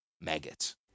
maggots